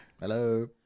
Hello